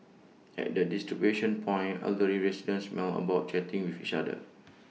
at the distribution point elderly residents mill about chatting with each other